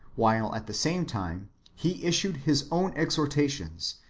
while at the same time he issued his own exhortations,